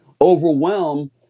overwhelm